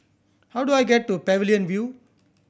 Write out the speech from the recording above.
how do I get to Pavilion View